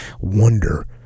wonder